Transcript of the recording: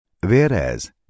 Whereas